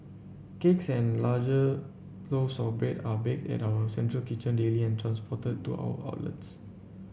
cakes and larger loaves of bread are baked at our central kitchen daily and transported to our outlets